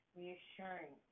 reassuring